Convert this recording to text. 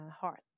heart